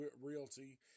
realty